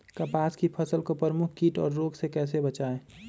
कपास की फसल को प्रमुख कीट और रोग से कैसे बचाएं?